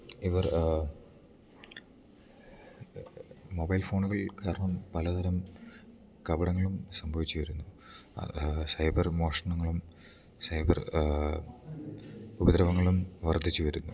ഇവർ മൊബൈൽ ഫോണുകൾ കാരണം പലതരം കപടങ്ങളും സംഭവിച്ച് വരുന്നു സൈബർ മോഷണങ്ങളും സൈബർ ഉപദ്രവങ്ങളും വർധിച്ചു വരുന്നു